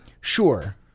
Sure